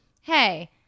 hey